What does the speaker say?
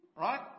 right